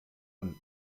und